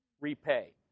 repay